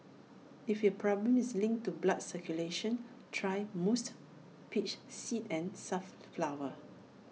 if your problem is linked to blood circulation try musk peach seed and safflower